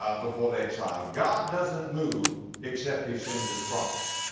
ah before the exile. god doesn't move except he sends his prophets.